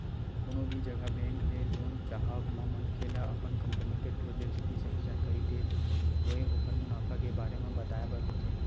कोनो भी जघा बेंक ले लोन चाहब म मनखे ल अपन कंपनी के प्रोजेक्ट के सही जानकारी देत होय ओखर मुनाफा के बारे म बताय बर होथे